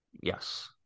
Yes